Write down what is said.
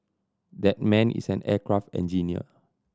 that man is an aircraft engineer